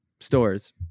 Stores